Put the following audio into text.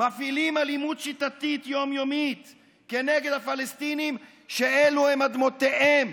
מפעילים אלימות שיטתית יום-יומית כנגד הפלסטינים שאלו הן אדמותיהם.